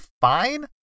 fine